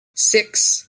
six